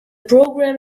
program